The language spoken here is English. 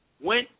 Went